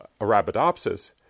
Arabidopsis